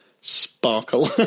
sparkle